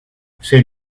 c’est